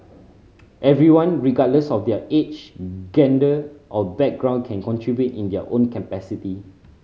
everyone regardless of their age gender or background can contribute in their own capacity